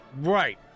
Right